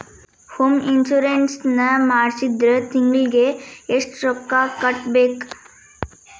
Home insurance ನ ಮಾಡ್ಸಿದ್ರ ತಿಂಗ್ಳಿಗೆ ಎಷ್ಟ್ ರೊಕ್ಕಾ ಕಟ್ಬೇಕ್?